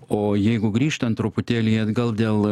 o jeigu grįžtant truputėlį atgal dėl